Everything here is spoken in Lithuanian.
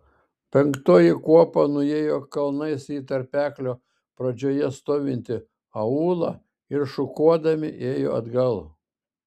penktoji kuopa nuėjo kalnais į tarpeklio pradžioje stovintį aūlą ir šukuodami ėjo atgal